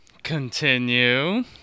continue